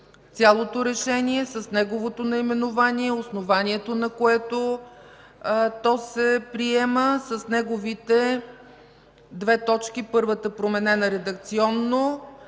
цялото Решение с неговото наименование, основанието, на което то се приема, с неговите две точки – първата, променена редакционно,